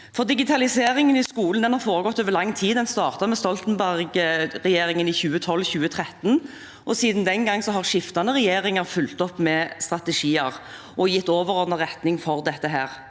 Digitaliseringen i skolen har foregått over lang tid. Den startet med Stoltenberg-regjeringen i 2012–2013, og siden den gang har skiftende regjeringer fulgt opp med strategier og gitt overordnet retning for dette.